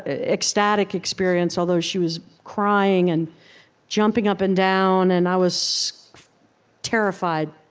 ecstatic experience, although she was crying and jumping up and down, and i was terrified.